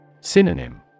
Synonym